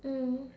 mm